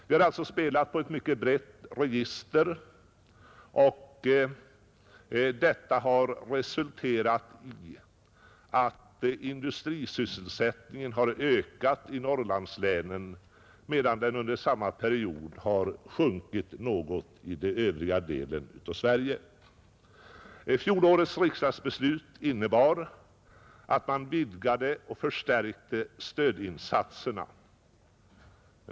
Vi har alltså spelat på ett mycket brett register, och detta har resulterat i att industrisysselsättningen har ökat i Norrlandslänen medan den under samma period har sjunkit något i övriga delar av Sverige. Fjolårets riksdagsbeslut innebar att man vidgade och förstärkte stödinsatserna.